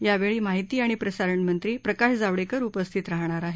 यावेळी माहिती आणि प्रसारण मंत्री प्रकाश जावडेकर उपस्थित राहणार आहेत